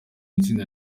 itsinda